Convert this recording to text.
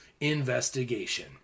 investigation